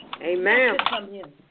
Amen